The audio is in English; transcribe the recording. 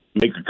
make